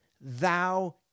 thou